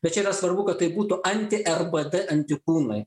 bet čia yra svarbu kad tai būtų anti rbd antikūnai